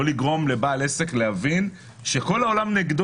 לא לגרום לבעל עסק להבין שכל העולם נגדו.